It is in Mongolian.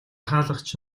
хаалгач